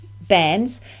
bands